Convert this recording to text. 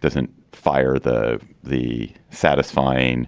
doesn't fire the the satisfying,